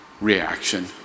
reaction